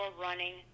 running